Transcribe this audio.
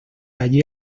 allí